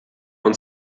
und